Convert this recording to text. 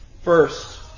First